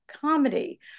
comedy